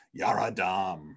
yaradam